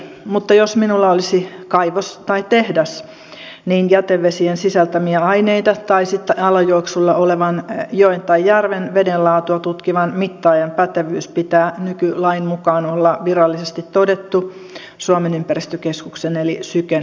mutta jos minulla olisi kaivos tai tehdas niin jätevesien sisältämiä aineita tai sitten alajuoksulla olevan joen tai järven vedenlaatua tutkivan mittaajan pätevyys pitää nykylain mukaan olla virallisesti todettu suomen ympäristökeskuksen eli syken hyväksymä